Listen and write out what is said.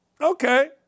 Okay